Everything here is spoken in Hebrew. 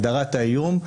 הגדרת האיום.